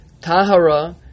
Tahara